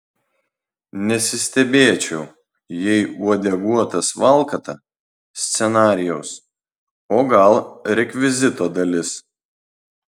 nesistebėčiau jei uodeguotas valkata scenarijaus o gal rekvizito dalis